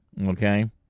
Okay